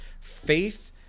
faith